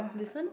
this one lor